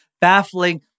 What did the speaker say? baffling